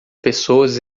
pessoas